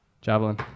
javelin